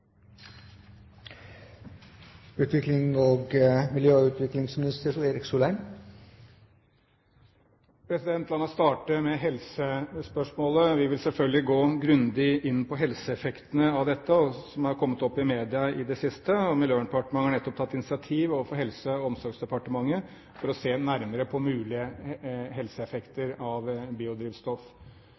La meg starte med helsespørsmålet. Vi vil selvfølgelig gå grundig inn på helseeffektene av dette som er kommet opp i media i det siste. Miljøverndepartementet har nettopp tatt initiativ overfor Helse- og omsorgsdepartementet for å se nærmere på mulige helseeffekter av biodrivstoff.